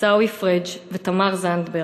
עיסאווי פריג' ותמר זנדברג,